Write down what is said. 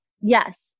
yes